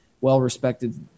well-respected